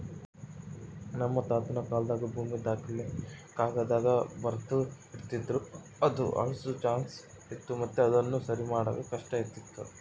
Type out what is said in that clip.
ನಮ್ ತಾತುನ ಕಾಲಾದಾಗ ಭೂಮಿ ದಾಖಲೆನ ಕಾಗದ್ದಾಗ ಬರ್ದು ಇಡ್ತಿದ್ರು ಅದು ಅಳ್ಸೋ ಚಾನ್ಸ್ ಇತ್ತು ಮತ್ತೆ ಅದುನ ಸರಿಮಾಡಾಕ ಕಷ್ಟಾತಿತ್ತು